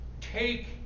Take